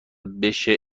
بشه